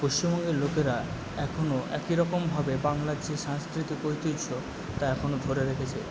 পশ্চিমবঙ্গের লোকেরা এখনও একইরকমভাবে বাংলার যে সাংস্কৃতিক ঐতিহ্য তা এখনও ধরে রেখেছে